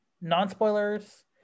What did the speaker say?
non-spoilers